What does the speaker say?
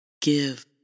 Give